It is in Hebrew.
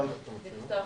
מקורונה.